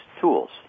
tools